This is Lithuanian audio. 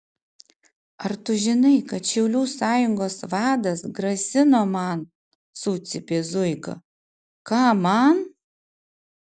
ar tu žinai kad šaulių sąjungos vadas grasino man sucypė zuika ką man